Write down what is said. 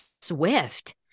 Swift